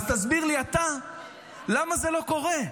אז תסביר לי אתה למה זה לא קורה.